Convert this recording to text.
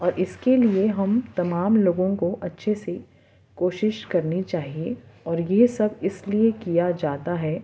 اور اس کے لیے ہم تمام لوگوں کو اچّھے سے کوشش کرنی چاہیے اور یہ سب اس لیے کیا جاتا ہے